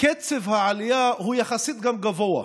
קצב העלייה יחסית גבוה.